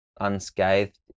unscathed